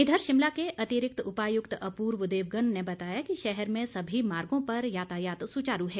इधर शिमला के अतिरिक्त उपायुक्त अपूर्व देवगन ने बताया कि शहर में सभी मार्गों पर यातायात सुचारू है